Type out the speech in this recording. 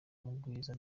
mugwiza